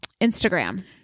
Instagram